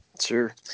Sure